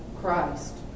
Christ